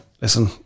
listen